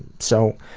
so,